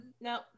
no